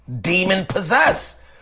demon-possessed